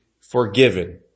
forgiven